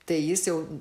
tai jis jau